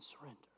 surrender